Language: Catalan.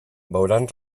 veuran